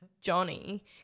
Johnny